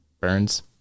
Burns